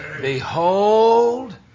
Behold